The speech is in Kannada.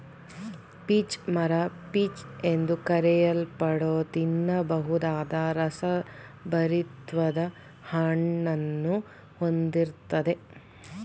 ಪೀಚ್ ಮರ ಪೀಚ್ ಎಂದು ಕರೆಯಲ್ಪಡೋ ತಿನ್ನಬಹುದಾದ ರಸಭರಿತ್ವಾದ ಹಣ್ಣನ್ನು ಹೊಂದಿರ್ತದೆ